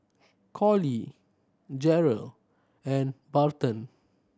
Callie Jarrell and Barton